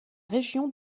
région